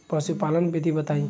पशुपालन विधि बताई?